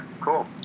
cool